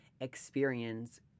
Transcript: experience